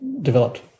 developed